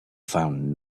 found